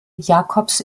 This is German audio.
jakobs